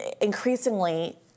increasingly